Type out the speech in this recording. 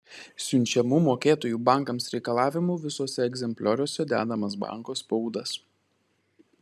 siunčiamų mokėtojų bankams reikalavimų visuose egzemplioriuose dedamas banko spaudas